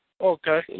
Okay